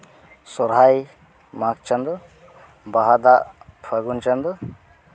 ᱥᱚᱦᱚᱨᱟᱭ ᱢᱟᱜᱽ ᱪᱟᱸᱫᱳ ᱵᱟᱦᱟ ᱫᱟᱜ ᱯᱷᱟᱹᱜᱩᱱ ᱪᱟᱸᱫᱳ